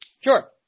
Sure